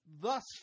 thus